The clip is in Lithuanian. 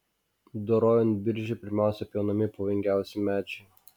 dorojant biržę pirmiausia pjaunami pavojingiausi medžiai